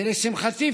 ולשמחתי,